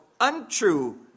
untrue